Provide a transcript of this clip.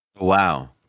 Wow